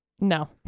No